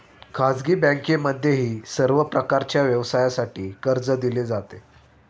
खाजगी बँकांमध्येही सर्व प्रकारच्या व्यवसायासाठी कर्ज दिले जाते